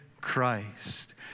Christ